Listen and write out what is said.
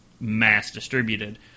mass-distributed